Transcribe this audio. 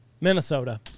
Minnesota